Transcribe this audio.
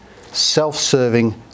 self-serving